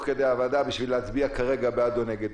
כדי הוועדה בשביל להצביע כרגע בעד או נגד.